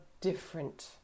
different